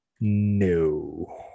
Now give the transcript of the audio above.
No